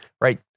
right